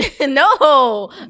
no